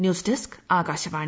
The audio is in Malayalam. news desk Akashvani